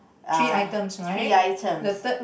uh three items